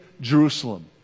Jerusalem